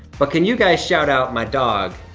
but can you guys shout-out my dog,